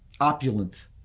opulent